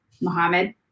Mohammed